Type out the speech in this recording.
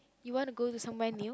you want to go to somewhere new